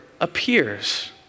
appears